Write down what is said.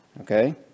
Okay